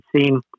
seen